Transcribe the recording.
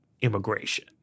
immigration